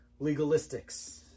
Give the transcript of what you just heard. legalistics